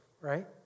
right